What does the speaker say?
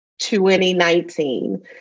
2019